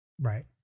Right